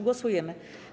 Głosujemy.